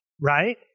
right